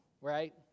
right